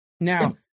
Now